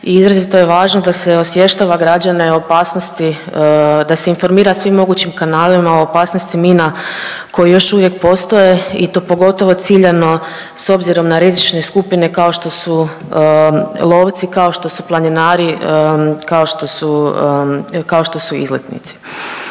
i izrazito je važno da se osvještava građane o opasnosti, da se informira svim mogućim kanalima o opasnosti mina koje još uvijek postoje i to pogotovo ciljano s obzirom na rizične skupine kao što su lovci, kao što su planinari, kao što su,